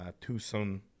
Tucson